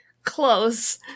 close